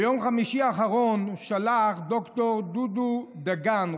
ביום חמישי האחרון שלח ד"ר דודו דגן,